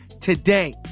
today